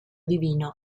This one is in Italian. divino